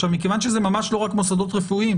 עכשיו, מכיוון שזה ממש לא רק מוסדות רפואיים,